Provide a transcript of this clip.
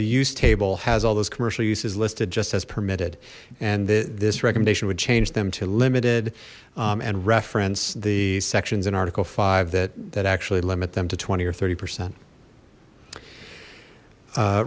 the use table has all those commercial uses listed just as permitted and the this recommendation would change them to limited and reference the sections in article five that that actually limit them to twenty or thirty percent